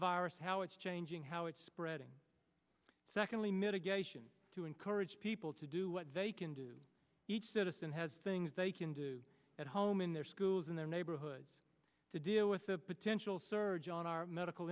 virus how it's changing how it's spreading secondly mitigation to encourage people to do what they can do each citizen has things they can do at home in their school rules in their neighborhoods to deal with the potential surge on our medical